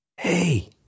Hey